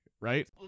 right